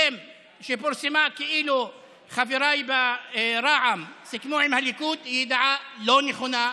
שפורסמה כאילו חבריי ברע"ם סיכמו עם הליכוד היא ידיעה לא נכונה.